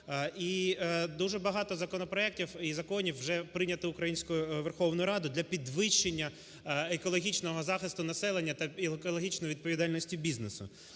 дуже багато законопроектів, і законів вже прийнято українською Верховною Радою для підвищення екологічного захисту населення та екологічної відповідальності бізнесу.